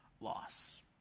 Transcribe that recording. loss